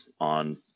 on